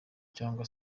cyangwa